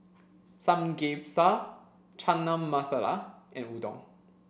Samgyeopsal Chana Masala and Udon